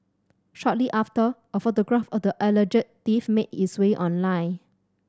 shortly after a photograph of the alleged thief made its way online